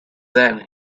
then